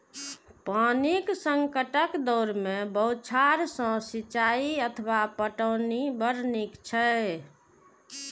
पानिक संकटक दौर मे बौछार सं सिंचाइ अथवा पटौनी बड़ नीक छै